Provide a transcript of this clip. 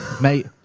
Mate